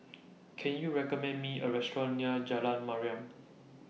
Can YOU recommend Me A Restaurant near Jalan Mariam